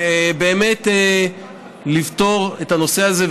ובאמת לפתור את הנושא הזה.